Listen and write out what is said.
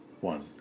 one